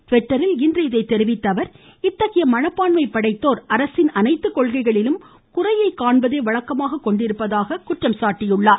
டிவிட்டரில் இன்று இதை தெரிவித்த அவர் இத்தகைய மனப்பாண்மை படைத்தோர் அரசின் அனைத்து கொள்கைகளிலும் குறையை காண்பதே வழக்கமாக கொண்டிருப்பதாக குற்றம் சாட்டியுள்ளார்